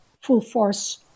full-force